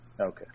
Okay